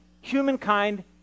humankind